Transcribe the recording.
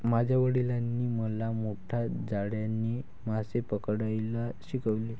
माझ्या वडिलांनी मला मोठ्या जाळ्याने मासे पकडायला शिकवले